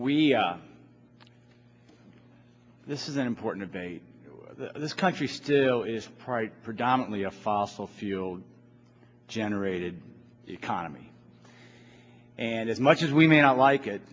we this is an important debate in this country still is pride predominantly a fossil fuel generated economy and as much as we may not like it